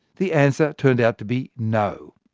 the answer turned out to be no.